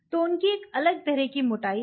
तो उनकी एक अलग तरह की मोटाई है